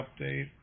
update